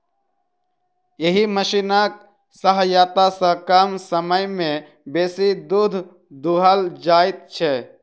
एहि मशीनक सहायता सॅ कम समय मे बेसी दूध दूहल जाइत छै